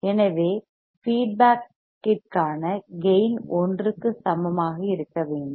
எனவே ஃபீட்பேக்கிற்கான கேயின் 1 க்கு சமமாக இருக்க வேண்டும்